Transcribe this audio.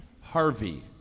Harvey